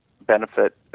benefit